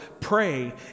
pray